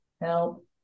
Help